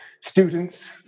students